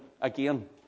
again